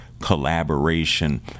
collaboration